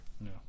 No